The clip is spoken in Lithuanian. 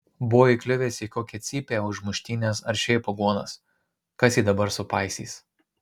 buvo įkliuvęs į kokią cypę už muštynes ar šiaip aguonas kas jį dabar supaisys